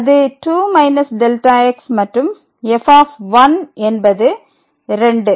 அது 2 Δx மற்றும் f என்பது 2